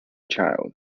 child